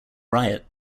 riot